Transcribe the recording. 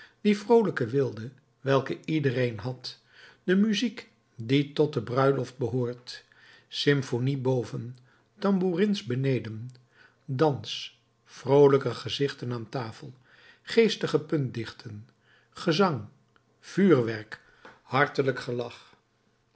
die vroolijke weelde welke iedereen had de muziek die tot de bruiloft behoort symphonie boven tambourins beneden dans vroolijke gezichten aan tafel geestige puntdichten gezang vuurwerk hartelijk gelach